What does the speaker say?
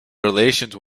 relations